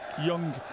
Young